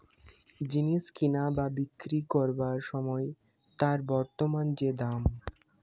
জিনিস কিনা বা বিক্রি কোরবার সময় তার বর্তমান যে দাম